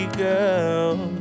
girl